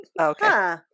Okay